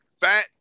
fat